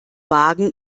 wagen